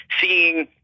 seeing